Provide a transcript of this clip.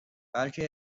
بلکه